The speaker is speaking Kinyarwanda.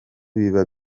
biba